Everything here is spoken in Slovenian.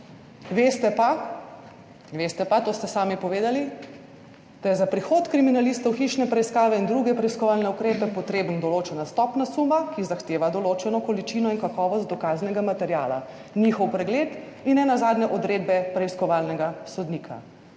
veste pa, to ste sami povedali, da je za prihod kriminalistov v hišne preiskave in druge preiskovalne ukrepe potrebna določena stopnja suma, ki zahteva določeno količino in kakovost dokaznega materiala, njihov pregled in nenazadnje odredbe preiskovalnega sodnika.